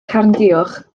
carnguwch